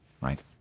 right